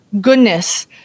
goodness